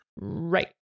Right